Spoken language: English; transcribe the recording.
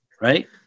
right